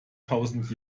tausend